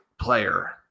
player